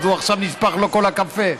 עכשיו נשפך לו כל הקפה.